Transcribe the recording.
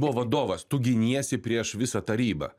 buvo vadovas tu giniesi prieš visą tarybą